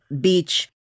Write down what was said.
beach